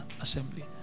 assembly